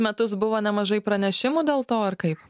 metus buvo nemažai pranešimų dėl to ar kaip